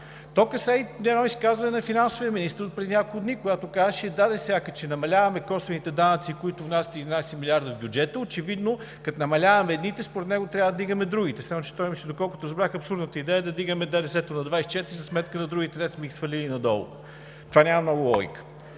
То касае и едно изказване на финансовия министър отпреди няколко дни, когато казваше: сега като ще намаляваме косвените данъци, които внасят 11 милиарда в бюджета, очевидно, като намаляваме едните, според него трябва да вдигаме другите. Само че той имаше, доколкото разбрах, абсурдната идея да вдигаме ДДС-то на 24 за сметка на другите, дето сме ги свалили надолу. В това няма много логика.